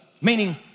Meaning